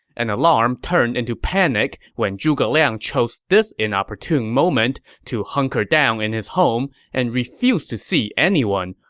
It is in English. and alarm turned into panic when zhuge liang chose this inopportune moment to hunker down in his home and refuse to see anyone,